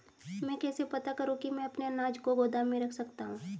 मैं कैसे पता करूँ कि मैं अपने अनाज को गोदाम में रख सकता हूँ?